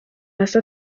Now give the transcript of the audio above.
hasi